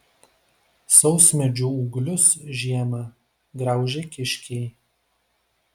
sausmedžių ūglius žiemą graužia kiškiai